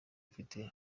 ufite